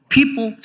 People